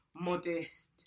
modest